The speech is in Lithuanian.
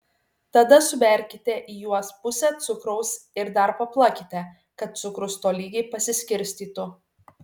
tada suberkite į juos pusę cukraus ir dar paplakite kad cukrus tolygiai pasiskirstytų